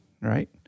right